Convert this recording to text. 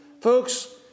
Folks